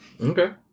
Okay